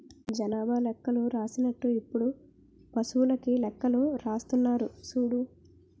జనాభా లెక్కలు రాసినట్టు ఇప్పుడు పశువులకీ లెక్కలు రాస్తున్నారు సూడు